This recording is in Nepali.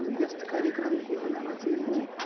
अन्त व्यस्त कार्यक्रमको बेलामा चाहिँ म